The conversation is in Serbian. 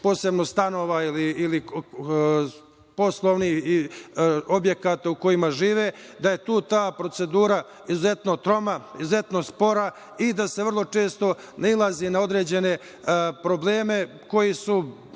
njihovih stanova ili poslovnih objekata u kojima žive, tu je ta procedura izuzetno troma, izuzetno spora i vrlo često se nailazi na određene probleme koji su